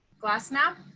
glasenapp.